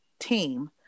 team